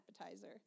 appetizer